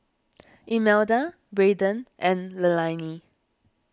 Imelda Braden and Leilani